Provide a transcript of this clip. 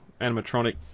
animatronic